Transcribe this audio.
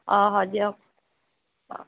অ হয় দিয়ক অ